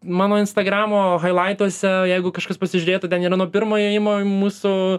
mano instagramo hailaituose jeigu kažkas pasižiūrėtų ten yra nuo pirmo įėjimo į mūsų